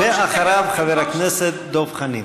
אחריו, חבר הכנסת דב חנין.